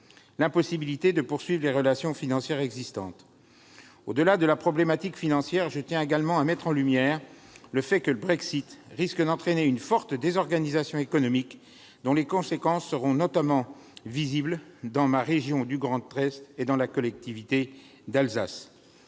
l'impossibilité de poursuivre les relations financières existantes. Au-delà de la problématique financière, j'insiste sur le fait que le Brexit risque d'entraîner une forte désorganisation économique, dont les conséquences seront notamment visibles dans la région du Grand Est et, partant, dans la collectivité d'Alsace.